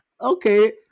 okay